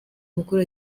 mukuru